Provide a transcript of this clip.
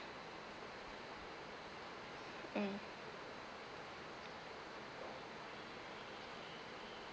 mm